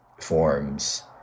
forms